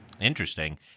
Interesting